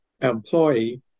employee